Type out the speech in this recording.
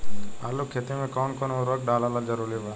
आलू के खेती मे कौन कौन उर्वरक डालल जरूरी बा?